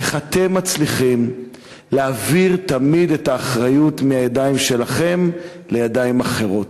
איך אתם מצליחים תמיד להעביר את האחריות מהידיים שלכם לידיים אחרות.